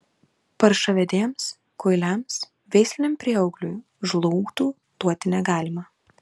paršavedėms kuiliams veisliniam prieaugliui žlaugtų duoti negalima